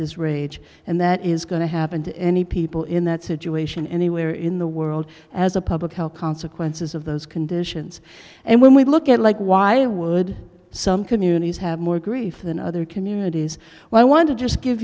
as rage and that is going to happen to any people in that situation anywhere in the world as a public health consequences of those conditions and when we look at like why would some communities have more grief than other communities why i want to just give